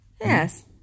Yes